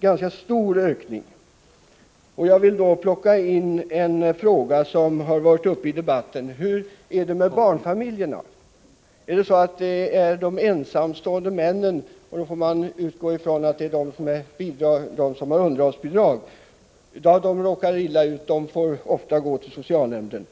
ganska stor ökning, och jag vill här plocka in en fråga som har varit uppe i debatten: Hur är det med barnfamiljerna? Det sägs att de ensamstående männen — man får väl utgå från att det gäller dem som betalar underhållsbidrag — ofta råkar illa ut och får gå till socialnämnden.